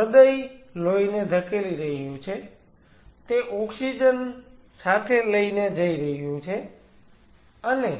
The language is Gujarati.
હૃદય લોહીને ધકેલી રહ્યું છે તે ઓક્સિજન સાથે લઈને જઈ રહ્યું છે અને